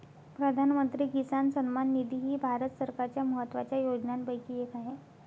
प्रधानमंत्री किसान सन्मान निधी ही भारत सरकारच्या महत्वाच्या योजनांपैकी एक आहे